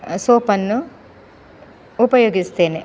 ಸೋಪನ್ನು ಉಪಯೋಗಿಸ್ತೇನೆ